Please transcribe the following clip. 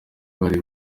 bari